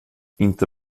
inte